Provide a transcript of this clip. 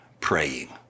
praying